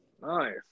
Nice